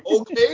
okay